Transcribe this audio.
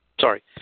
Sorry